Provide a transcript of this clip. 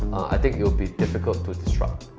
i think it'll be difficult to disrupt.